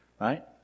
right